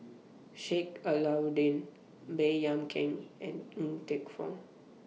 Sheik Alau'ddin Baey Yam Keng and Ng Teng Fong